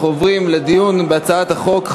אנחנו עוברים לדיון בהצעת החוק.